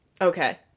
Okay